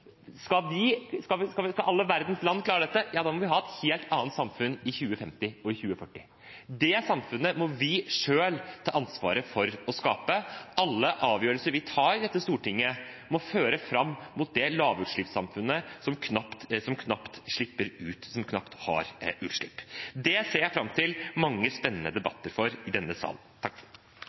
Skal alle verdens land klare dette, må vi ha et helt annet samfunn i 2040 og 2050. Det samfunnet må vi selv ta ansvaret for å skape. Alle avgjørelser vi tar i Stortinget, må føre fram mot det lavutslippssamfunnet som knapt har utslipp. Det ser jeg fram til mange spennende debatter om i denne salen.